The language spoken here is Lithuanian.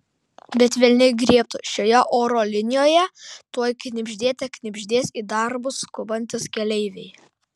bet velniai griebtų šioje oro linijoje tuoj knibždėte knibždės į darbus skubantys keleiviai